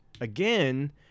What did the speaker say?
Again